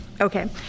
Okay